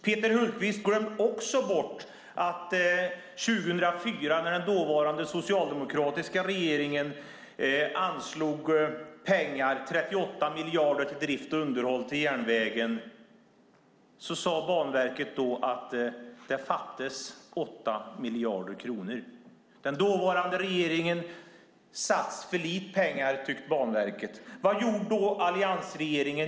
Peter Hultqvist glömde också bort hur det var 2004 när den dåvarande socialdemokratiska regeringen anslog pengar, 38 miljarder till drift och underhåll av järnvägen. Då sade Banverket att det fattades 8 miljarder kronor. Den dåvarande regeringen satsade för lite pengar, tyckte Banverket. Vad gjorde då alliansregeringen?